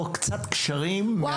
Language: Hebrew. קצת קשרים מהטיפול בשנתיים האחרונות.